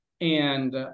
And-